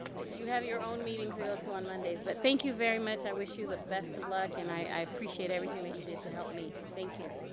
you have your own meetings to go to on mondays but thank you very much. i wish you the best of luck and i appreciate everything that you did to help me. thank you.